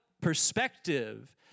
Perspective